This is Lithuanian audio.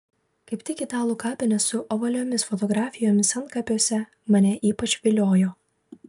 kaip tik italų kapinės su ovaliomis fotografijomis antkapiuose mane ypač viliojo